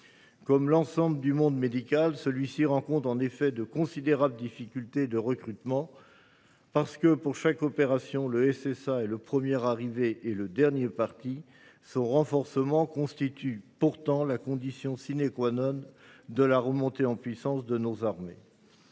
Comme l’ensemble du monde médical, ce service rencontre de considérables difficultés de recrutement, car, pour chaque opération, le SSA est le premier arrivé et le dernier parti. Or son renforcement constitue la condition de la remontée en puissance de nos armées.